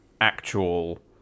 actual